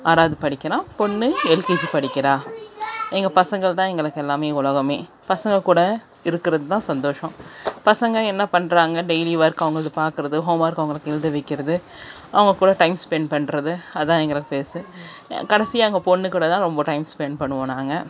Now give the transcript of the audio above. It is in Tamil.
ஆறாவது படிக்கிறான் பொண்ணு எல்கேஜி படிக்கிறாள் எங்கள் பசங்கள் தான் எங்களுக்கு எல்லாமே உலகமே பசங்கள்கூட இருக்கிறது தான் சந்தோஷம் பசங்கள் என்ன பண்ணுறாங்க டெய்லி ஒர்க் அவங்களுது பார்க்கறது ஹோம் ஒர்க் அவங்களுக்கு எழுத வைக்கிறது அவங்க கூட டைம் ஸ்பென்ட் பண்ணுறது அதுதான் எங்களுக்கு பேஸு கடைசியாக எங்கள் பொண்ணு கூட தான் ரொம்ப டைம் ஸ்பென்ட் பண்ணுவோம் நாங்கள்